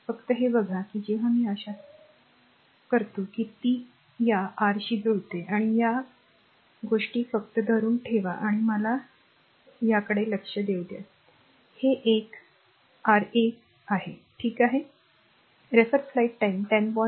फक्त हे बघा की जेव्हा मी आशा करतो की ती या r शी जुळते आहे तर ही गोष्ट फक्त धरून ठेवाआणि मला याकडे लक्ष देऊ द्या कि हे एक a R a ठीक आहे